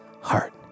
heart